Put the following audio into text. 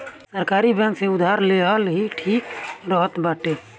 सरकारी बैंक से उधार लेहल ही ठीक रहत बाटे